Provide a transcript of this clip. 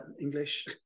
English